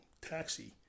taxi